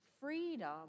Freedom